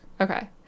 Okay